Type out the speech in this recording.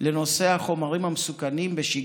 לנושא החומרים המסוכנים בשגרה,